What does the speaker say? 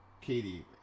Katie